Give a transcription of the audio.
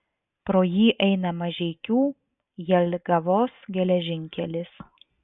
pro jį eina mažeikių jelgavos geležinkelis